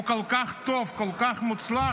הוא כל כך טוב, כל כך מוצלח,